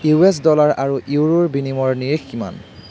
U S dollar আৰু ইউৰোৰ বিনিময়ৰ নিৰিখ কিমান